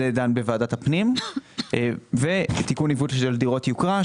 זה נידון בוועדת הפנים; ותיקון העיוות של דירות יוקרה,